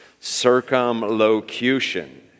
Circumlocution